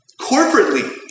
corporately